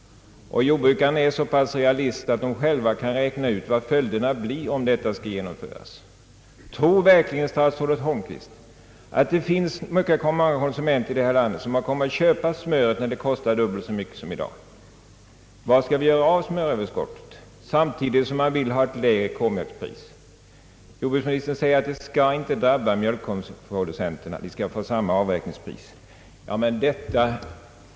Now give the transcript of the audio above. Och jordbrukarna är så pass realistiska att de själva kan räkna ut vilka följderna blir om utredningens förslag skall genomföras. Tror verkligen statsrådet Holmqvist att det finns många konsumenter här i landet som kommer att köpa smör när det blir dubbelt så dyrt som i dag? Var skall vi då göra av smöröverskottet? Och samtidigt vill man ju ha ett lägre K-mjölks Pris. Jordbruksministern säger att mjölkproducenterna inte skall drabbas utan få samma avräkningspris.